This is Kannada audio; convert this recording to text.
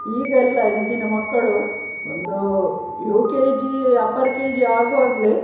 ಈಗೆಲ್ಲ ಈಗಿನ ಮಕ್ಕಳು ಒಂದು U K G upper K G ಆಗುವಾಗ್ಲೇ